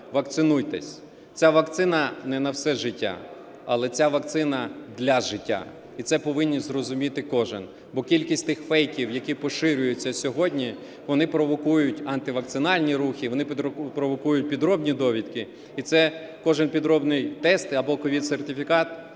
вакцинуйтесь. Ця вакцина не на все життя, але ця вакцина для життя, і це повинен зрозуміти кожен. Бо кількість тих фейків, які поширюються сьогодні, вони провокують антивакцинальні рухи, вони провокують підробні довідки. І цей кожен підробний тест або COVID-сертифікат